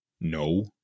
no